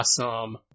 awesome